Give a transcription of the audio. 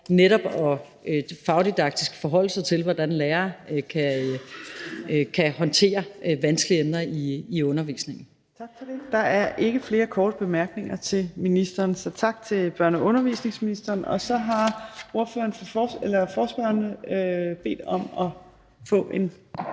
netop fagdidaktisk at forholde sig til, hvordan lærere kan håndtere vanskelige emner i undervisningen.